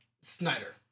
Snyder